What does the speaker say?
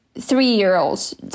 three-year-olds